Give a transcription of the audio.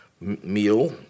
meal